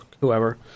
whoever